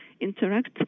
interact